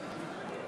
טיבי.